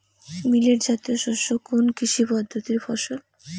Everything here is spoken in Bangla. মিলেট জাতীয় শস্য কোন কৃষি পদ্ধতির ফসল?